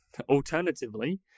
Alternatively